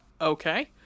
Okay